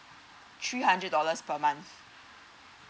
three hundred dollars per month